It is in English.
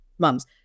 mums